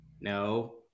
No